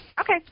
Okay